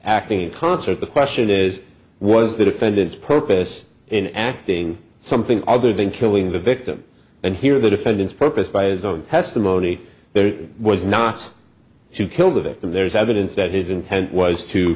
acting in concert the question is was the defendant's purpose in acting something other than killing the victim and here the defendant's purpose by his own testimony there was not to kill the victim there is evidence that his intent was to